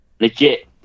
legit